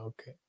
Okay